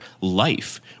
life